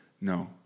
no